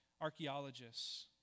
archaeologists